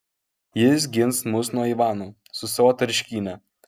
jis gins mus nuo ivano su savo tarškyne